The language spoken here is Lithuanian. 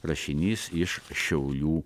rašinys iš šiaulių